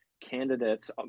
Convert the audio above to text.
candidates